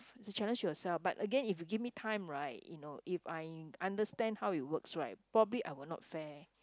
is a challenge to yourself but again if you give me time right you know if I understand how it works right probably I will not fare